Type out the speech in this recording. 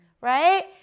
right